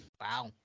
Wow